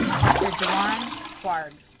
dr. juewon khwarg